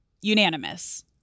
unanimous